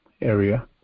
area